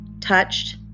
touched